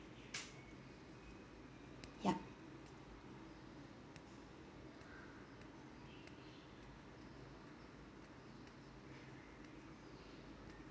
yup